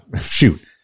shoot